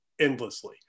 endlessly